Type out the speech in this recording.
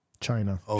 China